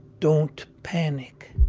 don't panic.